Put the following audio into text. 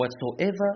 whatsoever